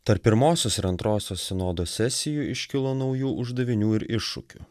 tarp pirmosios ir antrosios sinodo sesijų iškilo naujų uždavinių ir iššūkių